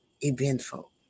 eventful